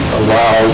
allow